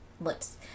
Lips